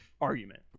argument